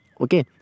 Okay